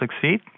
succeed